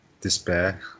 Despair